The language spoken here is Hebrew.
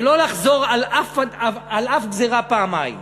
ולא לחזור על אף גזירה פעמיים,